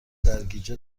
سرگیجه